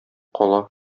кала